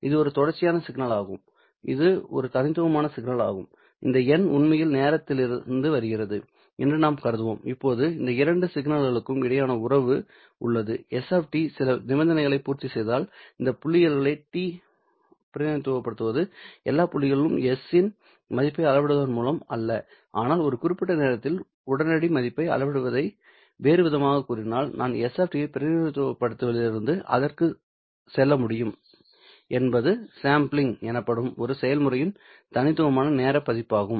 இது ஒரு தொடர்ச்சியான சிக்னல் ஆகும் இது ஒரு தனித்துவமான சிக்னல் ஆகும் இந்த n உண்மையில் நேரத்திலிருந்து வருகிறது என்று நாம் கருதுவோம் இப்போது இந்த இரண்டு சிக்னல்களுக்கும் இடையே ஒரு உறவு உள்ளது s சில நிபந்தனைகளை பூர்த்திசெய்தால் இந்த புள்ளிகளை பிரதிநிதித்துவப்படுத்துவது எல்லா புள்ளிகளிலும் s இன் மதிப்பை அளவிடுவதன் மூலம் அல்ல ஆனால் ஒரு குறிப்பிட்ட நேரத்தில் உடனடி மதிப்பை அளவிடுவதை வேறுவிதமாகக் கூறினால் நான் s பிரதிநிதித்துவத்திலிருந்து அதற்குச் செல்ல முடியும் என்பது சேம்பிளிங் எனப்படும் ஒரு செயல்முறையின் தனித்துவமான நேர பதிப்பாகும்